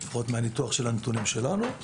לפחות מניתוח הנתונים שלנו,